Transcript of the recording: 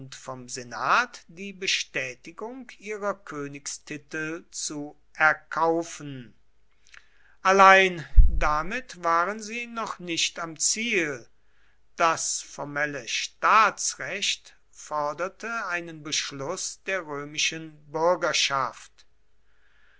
vom senat die bestätigung ihrer königstitel zu erkaufen allein damit waren sie noch nicht am ziel das formelle staatsrecht forderte einen beschluß der römischen bürgerschaft